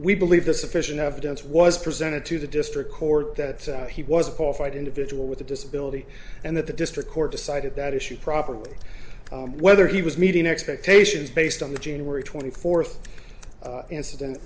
we believe the sufficient evidence was presented to the district court that he was a call fight individual with a disability and that the district court decided that issue properly whether he was meeting expectations based on the january twenty fourth incident